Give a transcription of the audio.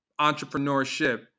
entrepreneurship